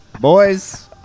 Boys